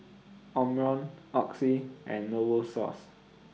Omron Oxy and Novosource